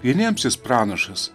vieniems jis pranašas